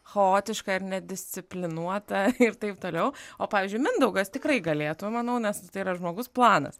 chaotiška ir nedisciplinuota ir taip toliau o pavyzdžiui mindaugas tikrai galėtų manau nes tai yra žmogus planas